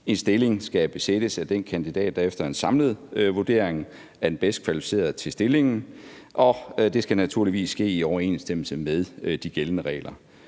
En stilling skal besættes af den kandidat, der efter en samlet vurdering er den bedst kvalificerede til stillingen, og det skal naturligvis ske i overensstemmelse med de gældende regler.